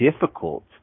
difficult